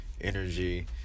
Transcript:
energy